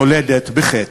נולדת בחטא.